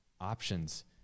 options